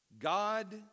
God